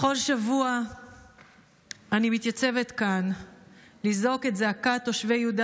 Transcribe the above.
בכל שבוע אני מתייצבת כאן לזעוק את זעקת תושבי יהודה